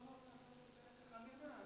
לעוני יש אופי גזעני,